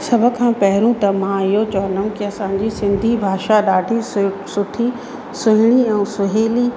सभु खां पहिरियों त मां इहो चवंदमि की असांजी सिंधी भाषा ॾाढी सु सुठी ऐं सुहिणी ऐं सवली